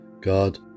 God